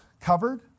covered